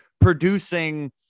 producing